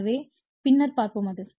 எனவே பின்னர் பார்ப்போம் அது